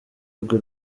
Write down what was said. rwe